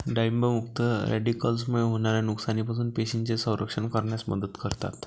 डाळिंब मुक्त रॅडिकल्समुळे होणाऱ्या नुकसानापासून पेशींचे संरक्षण करण्यास मदत करतात